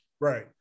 Right